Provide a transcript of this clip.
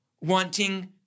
wanting